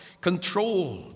control